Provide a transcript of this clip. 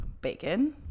bacon